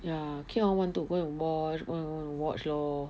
ya keep on want to go and watch want to go and watch lor